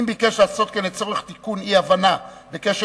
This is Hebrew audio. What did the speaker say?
אם ביקש לעשות כן לצורך תיקון אי-הבנה בקשר